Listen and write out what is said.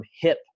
hip